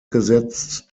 gesetzt